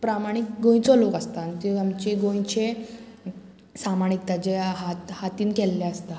प्रामाणीक गोंयचो लोक आसता आनी ते आमचे गोंयचे सामान विकता जें हात हातीन केल्लें आसता